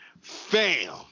Fam